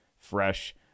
fresh